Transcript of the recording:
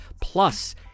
plus